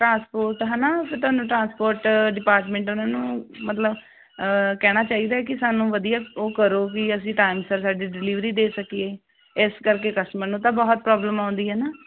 transport ਹਨਾ ਤੁਹਾਨੂੰ transport department ਉਹਨਾਂ ਨੂੰ ਮਤਲਬ ਕਹਿਣਾ ਚਾਹੀਦਾ ਕਿ ਸਾਨੂੰ ਵਧੀਆ ਉਹ ਕਰੋ ਵੀ ਅਸੀਂ ਟਾਈਮ ਸਿਰ ਸਾਡੀ ਡਿਲੀਵਰੀ ਦੇ ਸਕੀਏ ਇਸ ਕਰਕੇ ਕਸਟਮਰ ਨੂੰ ਤਾਂ ਬਹੁਤ ਪ੍ਰੋਬਲਮ ਆਉਂਦੀ ਹੈ ਨਾ